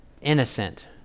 innocent